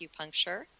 acupuncture